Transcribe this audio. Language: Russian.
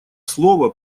слово